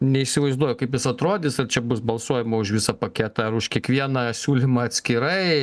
neįsivaizduoju kaip jis atrodys ar čia bus balsuojama už visą paketą ar už kiekvieną siūlymą atskirai